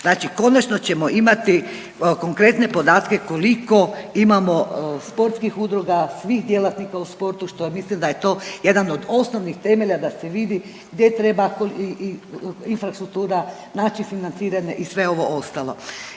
Znači, konačno ćemo imati konkretne podatke koliko imamo sportskih udruga, svih djelatnika u sportu što ja mislim da je to jedan od osnovnih temelja da se vidi gdje treba infrastruktura, način financiranja i sve ovo ostalo.